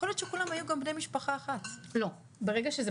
יכול להיות שכולם היו גם בני משפחה אחת.